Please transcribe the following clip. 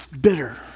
bitter